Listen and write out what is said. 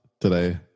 today